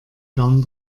garn